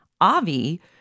Avi